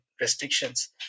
restrictions